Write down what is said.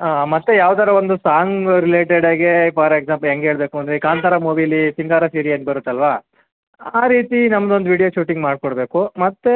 ಹಾಂ ಮತ್ತು ಯಾವುದಾರ ಒಂದು ಸಾಂಗ್ ರಿಲೇಟೆಡ್ ಆಗೇ ಫಾರ್ ಎಕ್ಸಾಂಪಲ್ ಹೆಂಗ್ ಹೇಳ್ಬೇಕು ಅಂದರೆ ಕಾಂತರ ಮೂವೀಲಿ ಸಿಂಗಾರ ಸಿರಿ ಹಂಗ್ ಬರತ್ತಲ್ವ ಆ ರೀತಿ ನಮ್ದೊಂದು ವಿಡಿಯೋ ಶೂಟಿಂಗ್ ಮಾಡಿಕೊಡ್ಬೇಕು ಮತ್ತು